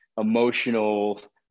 emotional